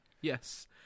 Yes